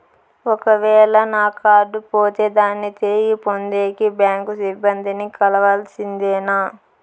ఒక వేల నా కార్డు పోతే దాన్ని తిరిగి పొందేకి, బ్యాంకు సిబ్బంది ని కలవాల్సిందేనా?